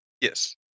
Yes